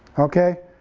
okay,